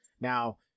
Now